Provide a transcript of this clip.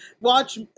watch